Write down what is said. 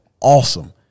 awesome